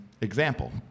Example